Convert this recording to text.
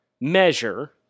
measure